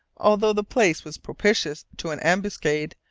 although the place was propitious to an ambuscade,